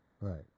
Right